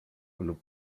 lub